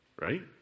Right